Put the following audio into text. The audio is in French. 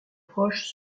proches